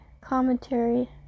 commentary